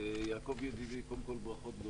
יעקב ידידי, קודם כול, ברכות גדולות.